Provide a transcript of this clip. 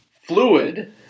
fluid